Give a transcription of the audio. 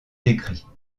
décrit